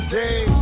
day